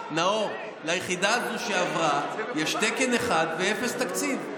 נאור: ליחידה הזו שעברה יש תקן אחד ואפס תקציב.